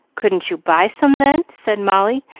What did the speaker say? couldn't you buy some, then? said molly,